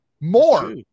more